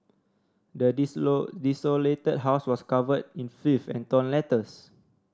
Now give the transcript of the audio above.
the desolated house was covered in filth and torn letters